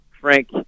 Frank